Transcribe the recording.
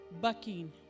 bucking